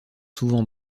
souvent